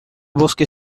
bosque